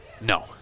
No